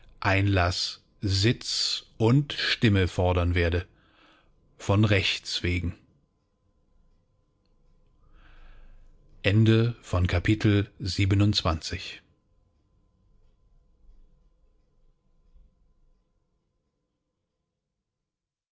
einlaß sitz und stimme fordern werde von rechts wegen